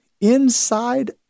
inside